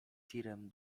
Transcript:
tirem